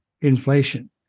inflation